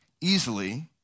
easily